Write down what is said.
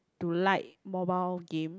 to like mobile game